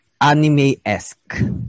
anime-esque